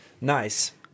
nice